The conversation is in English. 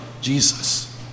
Jesus